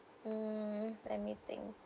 um let me think